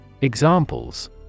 Examples